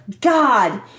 God